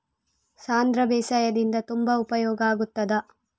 ಸಾಂಧ್ರ ಬೇಸಾಯದಿಂದ ತುಂಬಾ ಉಪಯೋಗ ಆಗುತ್ತದಾ?